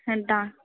ரெண்டா